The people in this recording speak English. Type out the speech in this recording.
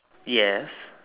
yes